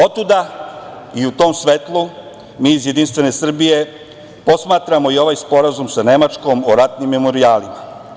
Otuda i u tom svetlu, mi iz JS, posmatramo ovaj sporazum sa Nemačkom o ratnim memorijalima.